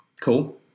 cool